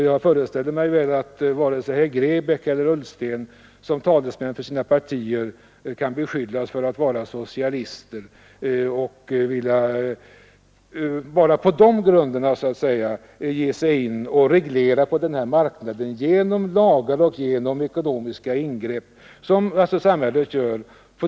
Jag föreställer mig att varken herr Grebäck eller herr Ullsten som talesmän för sina partier kan beskyllas för att vara socialister och vilja på sådana grunder ge sig in på att reglera denna marknad genom lagar och genom ekonomiska ingrepp som samhället gör.